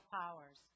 powers